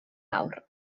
awr